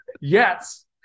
Yes